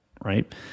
right